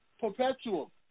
perpetual